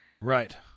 Right